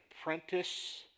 apprentice